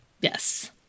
Yes